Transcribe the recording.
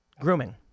Grooming